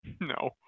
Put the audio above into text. No